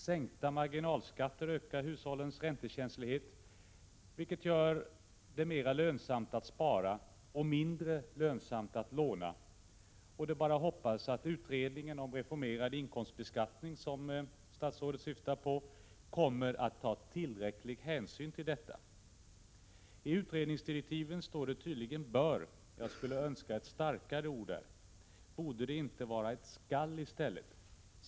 Sänkta marginalskatter ökar hushållens räntekänslighet, vilket gör det mera lönsamt att spara och mindre lönsamt att låna. Det är bara att hoppas att utredningen om reformerad inkomstbeskattning, som statsrådet talar om, kommer att ta tillräcklig hänsyn till detta. I utredningens direktiv står det tydligen ”bör”. Jag skulle önska ett starkare ord där. Borde det inte vara ett ”skall” i stället?